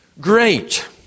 great